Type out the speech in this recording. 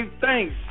thanks